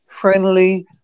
Friendly